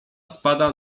spada